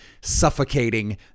suffocating